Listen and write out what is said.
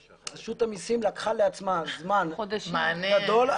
רשות המסים לקחה לעצמה זמן גדול.